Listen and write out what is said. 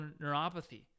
neuropathy